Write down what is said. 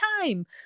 time